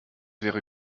wäre